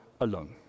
alone